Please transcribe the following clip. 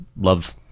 love